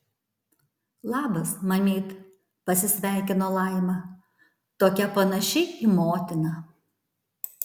labas mamyt pasisveikino laima tokia panaši į motiną